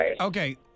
Okay